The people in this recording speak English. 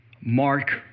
Mark